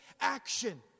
action